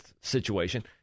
situation